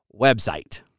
website